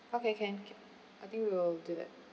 okay can can I think we will do that